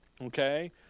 okay